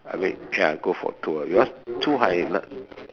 I wait ya go for tour because Zhuhai